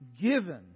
given